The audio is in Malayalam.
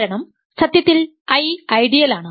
കാരണം സത്യത്തിൽ I ഐഡിയലാണ്